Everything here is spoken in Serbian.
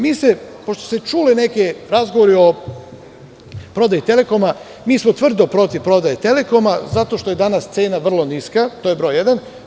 Mi se, pošto se čuju neki razgovori o prodaji Telekoma, mi smo tvrdo protiv prodaje Telekoma zato što je danas cena vrlo niska, to je broj jedan.